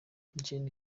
gen